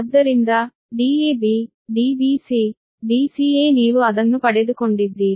ಆದ್ದರಿಂದ Dab Dbc Dca ನೀವು ಅದನ್ನು ಪಡೆದುಕೊಂಡಿದ್ದೀರಿ